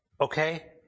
Okay